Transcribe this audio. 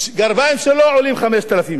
הגרביים שלו עולים 5,000 שקל.